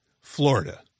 Florida